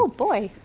boy.